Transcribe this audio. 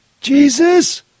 Jesus